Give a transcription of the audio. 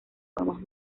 formas